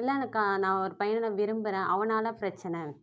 இல்லை எனக்கு நான் ஒரு பையனை விரும்புகிறேன் அவனால் பிரச்சின